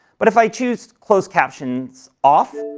but if i choose closed captions off,